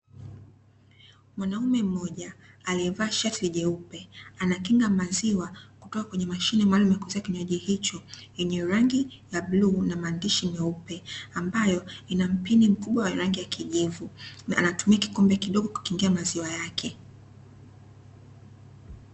Mwanume mmoja aliyevaa shati jeupe anakinga maziwa, kutoka kwenye mashine maalumu ya kuuzia kinywaji hicho yenye rangi ya bluu na maandishi meupe, ambayo ina mpini mkubwa wa rangi ya kijivu na anatumia kikombe kidogo kukingia maziwa yake.